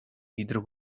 either